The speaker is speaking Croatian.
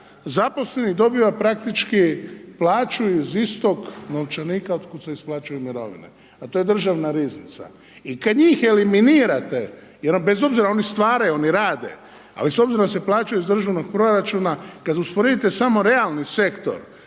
zaposlenih dobiva praktički plaću iz istog novčanika otkuda se isplaćuju mirovine a to je državna riznica. I kad njih eliminirate jer bez obzira, oni stvaraju, oni rade ali s obzirom da se plaćaju iz državnog proračuna kada usporedite samo realni sektor